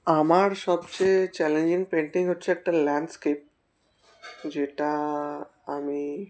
আমার সবচেয়ে challenging painting হচ্ছে একটা ল্যান্ডস্কেপ যেটা আমি